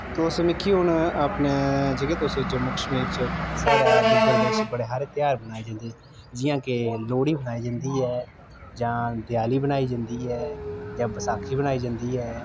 तुस मिगी हून अपने जेह्ड़े तुस जम्मू कश्मीर च साढ़े डुग्गर प्रदेश च ध्यार मनाए जंदे न जि'यां कि लोह्ड़ी मनाई जंदी ऐ जां देआली मनाई जंदी ऐ जां बैसाखी मनाई जंदी ऐ